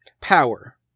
power